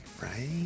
right